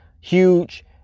huge